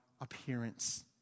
appearance